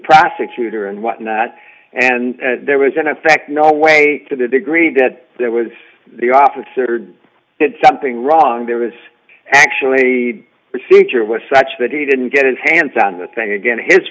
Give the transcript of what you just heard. prosecutor and what not and there was in effect no way to the degree that there was the officer did something wrong there was actually a procedure was such that he didn't get his hands on the thing again his